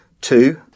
two